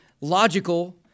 logical